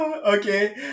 Okay